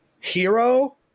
hero